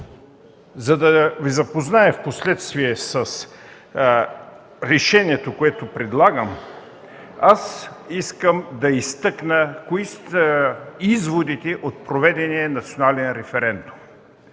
за да Ви запозная с решението, което предлагам, искам да изтъкна кои са изводите от проведения национален референдум.